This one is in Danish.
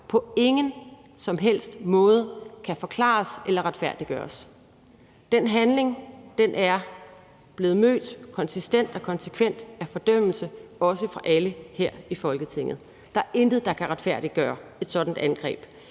på ingen som helst måde kan forklares eller retfærdiggøres. Den handling er blevet mødt konsistent og konsekvent af fordømmelse, også fra alle her i Folketinget. Der er intet, der kan retfærdiggøre et sådant angreb.